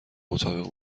مطابق